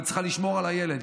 כי היא צריכה לשמור על הילד,